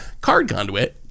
CardConduit